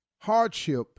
hardship